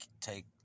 take